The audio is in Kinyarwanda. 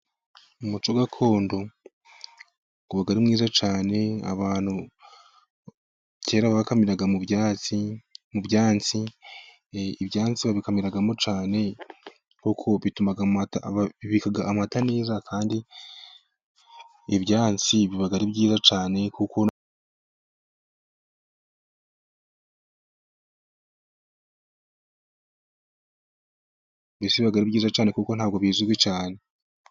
Umuco gakondo uba ari mwiza cyane abantu kera bakamiraga mu byansi, ibyansi babikamiramo cyane bibika amata neza, kandi ibyayantsi biba ari byiza cyane mbese biba ari byiza cyane kuko ntabwo bizwi cyane.